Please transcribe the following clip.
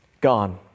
gone